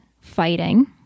fighting